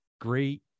great